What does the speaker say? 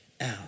out